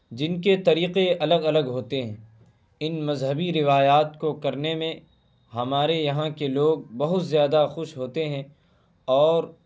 جن کے طریقے الگ الگ ہوتے ہیں ان مذہبی روایات کو کرنے میں ہمارے یہاں کے لوگ بہت زیادہ خوش ہوتے ہیں اور